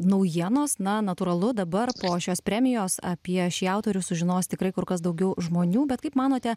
naujienos na natūralu dabar po šios premijos apie šį autorių sužinos tikrai kur kas daugiau žmonių bet kaip manote